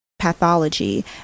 pathology